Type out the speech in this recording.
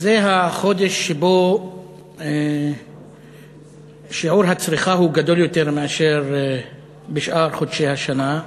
זה החודש שבו שיעור הצריכה גדול יותר מאשר בשאר חודשי השנה,